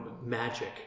magic